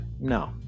no